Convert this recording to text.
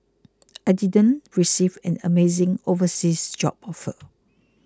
I didn't receive an amazing overseas job offer